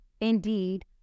indeed